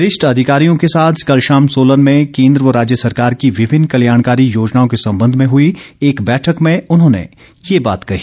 वरिष्ठ अधिकारियों के साथ कल शाम सोलन में केंद्र व राज्य सरकार की विभिन्न कल्याणकारी योजनाओं के संबंध में हुई एक बैठक में उन्होंने ये बात कही